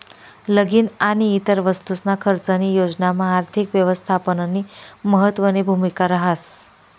लगीन आणि इतर वस्तूसना खर्चनी योजनामा आर्थिक यवस्थापननी महत्वनी भूमिका रहास